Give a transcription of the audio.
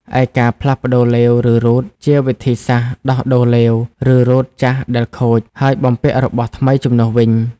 ឯការផ្លាស់ប្តូរឡេវ ឬរ៉ូតជា វិធីសាស្ត្រដោះដូរឡេវ ឬរ៉ូតចាស់ដែលខូច ហើយបំពាក់របស់ថ្មីជំនួសវិញ។